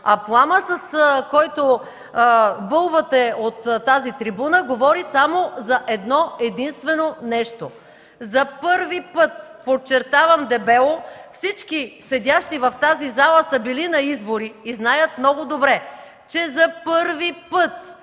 Пламът, с който бълвате от тази трибуна, говори за едно-единствено нещо: за първи път, подчертавам дебело, всички седящи в залата са били на избори и знаят много добре, че за първи път